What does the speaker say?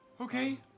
Okay